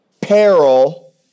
peril